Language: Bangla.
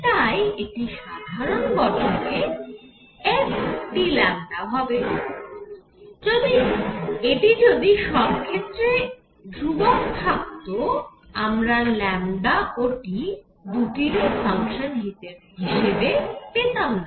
তাই এটি সাধারণ গঠনে fTλ হবে এটি যদি সব ক্ষেত্রে ধ্রূবক থাকত আমরা λ ও T এই দুটিরই ফাংশান হিসেবে পেতামনা